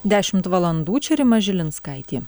dešimt valandų čia rima žilinskaitė